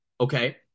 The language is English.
Okay